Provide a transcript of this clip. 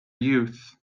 youth